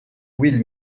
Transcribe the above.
will